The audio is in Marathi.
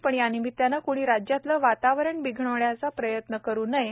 पण यानिमित्तानं कृणी राज्यातलं वातावरण बिघडवण्याचा प्रयत्न करु नये